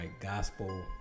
gospel